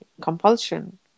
compulsion